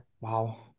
wow